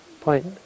point